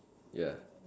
ya